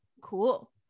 cool